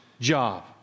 job